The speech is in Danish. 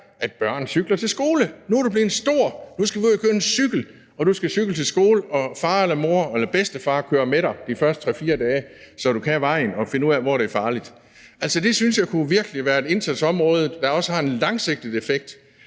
at børn cykler til skole, hvor man siger: Nu er du blevet stor, nu skal vi ud at købe en cykel, og du skal cykle til skole, og far, mor eller bedstefar kører med dig de første 3-4 dage, så du kan vejen og finder ud af, hvor det er farligt. Altså, det synes jeg virkelig kunne være et indsatsområde – det har også en langsigtet effekt